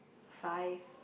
five